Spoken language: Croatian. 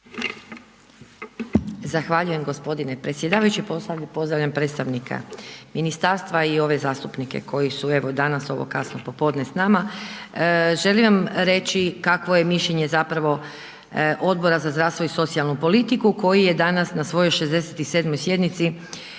Zahvaljujem gospodine predsjedavajući, posebno pozdravljam predstavnika ministarstva i ove zastupnik koji su evo danas u ovo kasno popodne s nama. Želim vam reći kakvo je mišljenje zapravo Odbora za zdravstvo i socijalnu politiku koji je danas na svojoj 67. sjednici